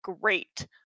great